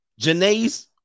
Janae's